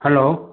hello